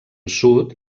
sud